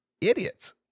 idiots